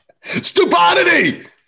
Stupidity